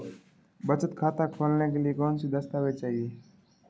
बचत खाता खोलने के लिए कौनसे दस्तावेज़ चाहिए?